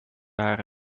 jaren